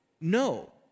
No